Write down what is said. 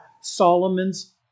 Solomon's